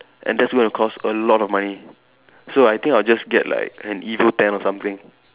and that's going to cost a lot of money so I think I'll just get like an evo ten or something